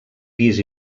pis